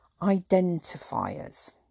identifiers